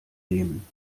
nehmen